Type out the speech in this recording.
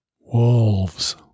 Wolves